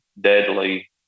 deadly